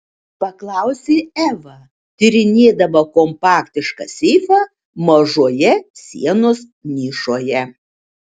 paklausė eva tyrinėdama kompaktišką seifą mažoje sienos nišoje